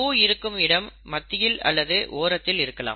பூ இருக்கும் இடம் மத்தியில் அல்லது ஓரத்தில் இருக்கலாம்